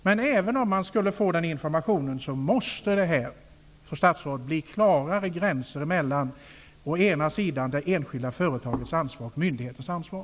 Men även om företagen skulle få den informationen måste det ändå sättas klarare gränser mellan å ena sidan det enskilda företagets ansvar och å andra sidan myndighetens ansvar.